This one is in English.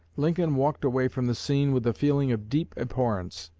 lincoln walked away from the scene with a feeling of deep abhorrence.